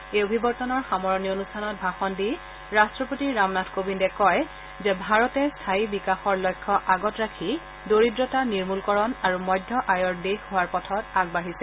এই অভিৱৰ্তনৰ সামৰণী অনুষ্ঠানত ভাষণ দি ৰাট্টপতি ৰামনাথ কোবিন্দে কয় যে ভাৰতে স্থায়ী বিকাশৰ লক্ষ্য আগত ৰাখি দৰিদ্ৰতা নিৰ্মলকৰণ আৰু মধ্য আয়ৰ দেশ হোৱাৰ পথত আগবাঢ়িছে